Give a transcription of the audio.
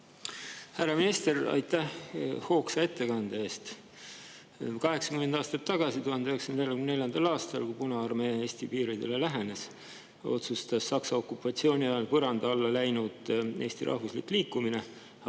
Härra minister, aitäh hoogsa ettekande eest! 80 aastat tagasi, 1944. aastal, kui Punaarmee Eesti piirile lähenes, otsustas Saksa okupatsiooni ajal põranda alla läinud Eesti rahvuslik liikumine